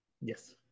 Yes